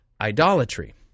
idolatry